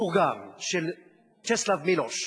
מתורגם, של צ'סלב מילוש,